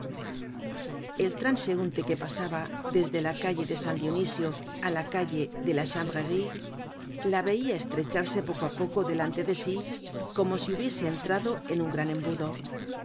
el transeunte que pasaba desde la calle de san dionisio á la calle de la chanvrerie la veia estrecharse poco á poco delante de sí como si hubiese entrado en un gran embudo